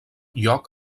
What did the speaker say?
lloc